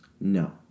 No